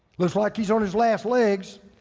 looks like he's on his last legs.